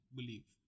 believe